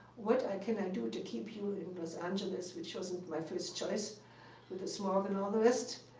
what can i do to keep you in los angeles? which wasn't my first choice with the smog and all the rest.